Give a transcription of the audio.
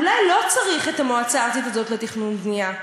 אולי לא צריך את המועצה הארצית הזאת לתכנון ובנייה,